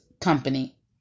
company